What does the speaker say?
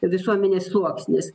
visuomenės sluoksnis